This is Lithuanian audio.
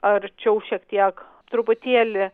arčiau šiek tiek truputėlį